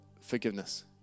forgiveness